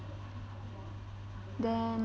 then